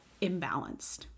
imbalanced